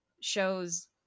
shows